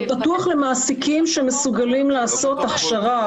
זה פתוח למעסיקים שמסוגלים לעשות הכשרה.